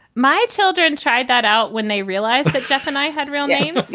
my children tried that out when they realized that jeff and i had real names,